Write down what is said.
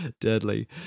Deadly